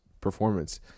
performance